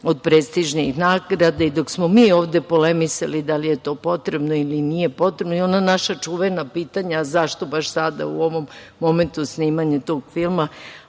od prestižnih nagrada. Dok smo mi ovde polemisali da li je to potrebno ili nije potrebno i ona naša čuvena pitanja, zašto baš sada u ovom momentu, snimanja tog filma,